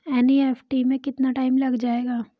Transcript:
NEFT में कितना time लग जाएगा?